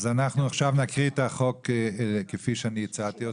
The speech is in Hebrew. אז אנחנו עכשיו נקריא את החוק כפי שאני הצעתי אותו.